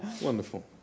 Wonderful